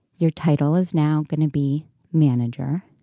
your title is now going to be manager.